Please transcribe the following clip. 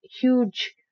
huge